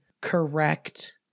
correct